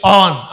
on